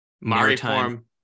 Maritime